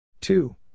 two